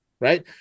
right